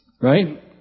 Right